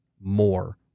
more